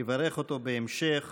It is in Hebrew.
יברך אותו בהמשך